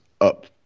up